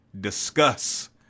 Discuss